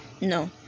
No